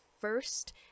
first